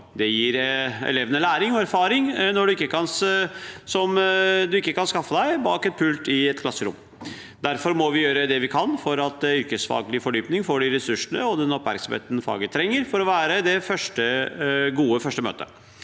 Det gir elevene læring og erfaringer man ikke kan skaffe seg bak en pult i et klasserom. Derfor må vi gjøre det vi kan for at yrkesfaglig fordypning får de ressursene og den oppmerksomheten faget trenger for å være det gode første møtet.